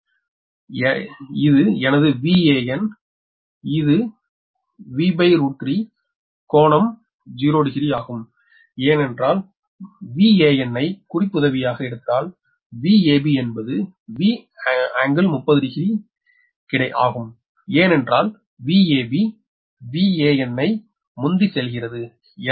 எனவே இது எனது Van இது V3கோணம் 0 டிகிரி ஆகும் ஏனென்றால் Van ஐ குறிப்புதவியாக எடுத்தால் Vab என்பது V∟300 டிகிரி ஆகும் ஏனென்றால் Vab Van ஐ முந்தி செல்கிறது